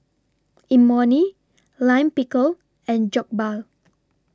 Imoni Lime Pickle and Jokbal